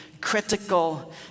critical